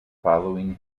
following